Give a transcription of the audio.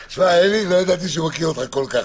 אלי, לא ידעתי שהוא מכיר אותך כל-כך טוב.